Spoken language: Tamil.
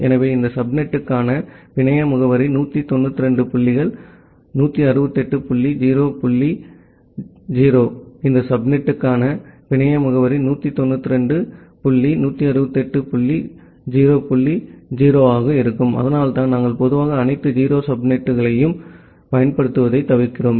எனவே இந்த சப்நெட்டுக்கான பிணைய முகவரி 192 புள்ளிகள் 168 புள்ளி 0 புள்ளி 0 இந்த சப்நெட்டுக்கான பிணைய முகவரி 192 டாட் 168 டாட் 0 டாட் 0 ஆக இருக்கும் அதனால்தான் நாங்கள் பொதுவாக அனைத்து 0 சப்நெட்டுகளையும் பயன்படுத்துவதைத் தவிர்க்கிறோம்